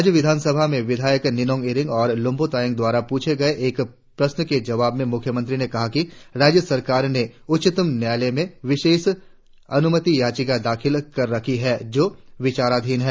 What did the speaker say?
राज्य विधानसभा में विधायक निनोंग ईरिंग और लोमबों तायेंग द्वारा पूछे गए एक प्रश्न के जवाब में मुख्यमंत्री ने कहा कि राज्य सरकार ने उच्चतम न्यायालय में विशेष अनुमति याचिका दाखिल कर रखी है जों विचाराधिन है